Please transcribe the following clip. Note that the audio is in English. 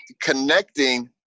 Connecting